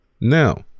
now